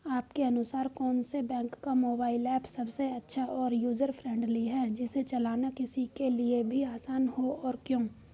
आपके अनुसार कौन से बैंक का मोबाइल ऐप सबसे अच्छा और यूजर फ्रेंडली है जिसे चलाना किसी के लिए भी आसान हो और क्यों?